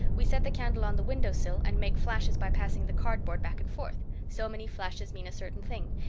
we set the candle on the window sill and make flashes by passing the cardboard back and forth. so many flashes mean a certain thing.